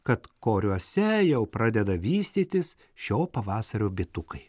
kad koriuose jau pradeda vystytis šio pavasario bitukai